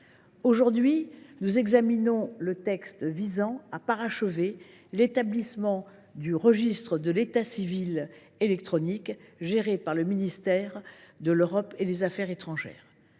Aujourd’hui, nous examinons le texte visant à parachever l’établissement du registre de l’état civil électronique géré par le ministère de l’Europe et des affaires étrangères.